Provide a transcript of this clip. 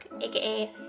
aka